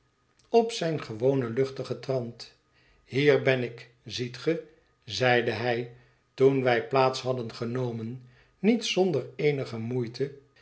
op zijn gewonen luchtigen trant hier ben ik ziet ge zeide hij toen wij plaats hadden genomen niet zonder eenige moeite